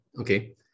Okay